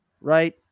right